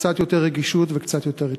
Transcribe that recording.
קצת יותר רגישות וקצת יותר התחשבות.